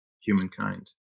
humankind